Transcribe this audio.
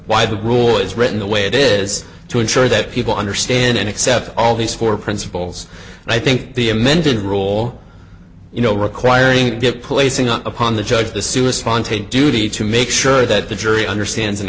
why the rule is written the way it is to ensure that people understand and accept all these four principles and i think the amended rule you know requiring good policing up upon the judge the soonest fontayne duty to make sure that the jury understands and